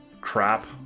crap